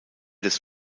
des